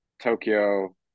Tokyo